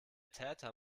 täter